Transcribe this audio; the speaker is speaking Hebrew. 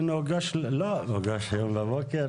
הוגש היום בבוקר?